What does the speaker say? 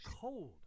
cold